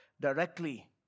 directly